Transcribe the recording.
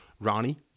Ronnie